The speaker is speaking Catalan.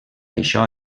això